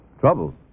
Trouble